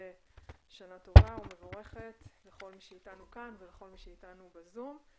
בשנה טובה ומבורכת לכל מי שאתנו כאן ולכל מי שאתנו בזום.